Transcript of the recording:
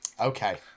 Okay